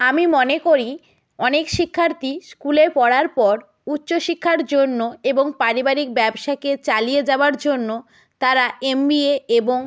আমি মনে করি অনেক শিক্ষার্থী স্কুলে পড়ার পর উচ্চ শিক্ষার জন্য এবং পারিবারিক ব্যবসাকে চালিয়ে যাবার জন্য তারা এম বি এ এবং